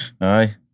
aye